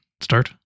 start